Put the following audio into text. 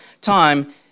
time